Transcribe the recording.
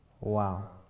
Wow